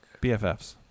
BFFs